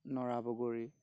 নৰা বগৰী